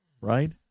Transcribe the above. right